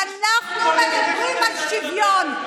כשאנחנו מדברים על שוויון,